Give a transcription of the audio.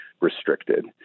restricted